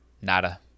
Nada